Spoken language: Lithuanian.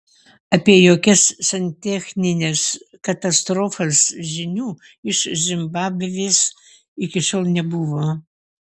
apie jokias santechnines katastrofas žinių iš zimbabvės iki šiol nebuvo